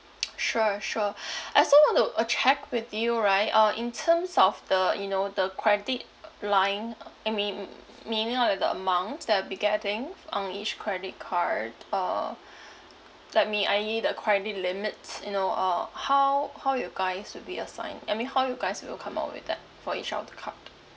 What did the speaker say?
sure sure I also want to uh check with you right uh in terms of the you know the credit uh line uh I mean m~ meaning like the amounts that I'll be getting f~ on each credit card uh like I mean I need the credit limits you know uh how how you guys would be assigned I mean how you guys will come up with that for each of the card